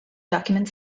document